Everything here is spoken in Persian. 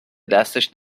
دستش